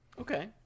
Okay